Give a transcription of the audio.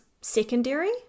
secondary